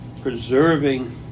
preserving